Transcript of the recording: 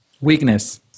Weakness